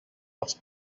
als